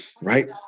right